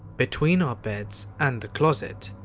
between our beds and the closet,